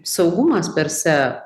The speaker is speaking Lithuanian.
saugumas perse